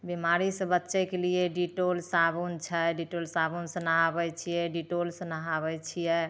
बिमारीसँ बचइ केलिये डिटॉल साबुन छै डिटोल साबुनसँ नहाबय छियै डिटोलसँ नहाबय छियै